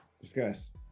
discuss